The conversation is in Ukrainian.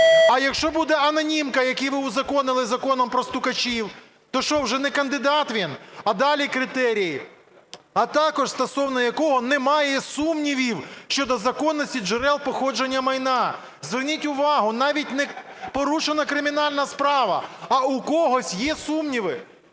А якщо буде анонімка, які ви узаконили законом про "стукачів", то що, вже не кандидат він? А далі критерії: "а також стосовно якого немає сумнівів щодо законності джерел походження майна". Зверніть увагу, навіть не порушена кримінальна справа, а у когось є сумніви.